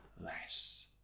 less